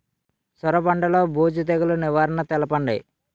సొర పంటలో బూజు తెగులు నివారణ తెలపండి?